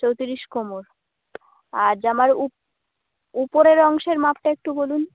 চৌত্রিশ কোমর আর জামার উপরের অংশের মাপটা একটু বলুন